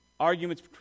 Arguments